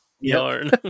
yarn